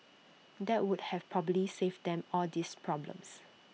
that would have probably saved them all these problems